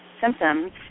symptoms